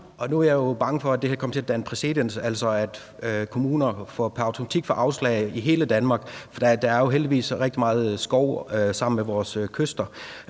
Nu er jeg jo bange for, at det her kan komme til at danne præcedens, så kommuner pr. automatik får afslag i hele Danmark, for der er jo heldigvis rigtig meget skov sammen med vores kyster.